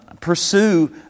pursue